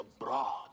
abroad